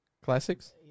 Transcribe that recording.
Classics